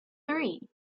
three